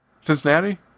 Cincinnati